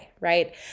right